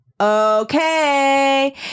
Okay